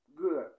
good